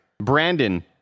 Brandon